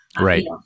Right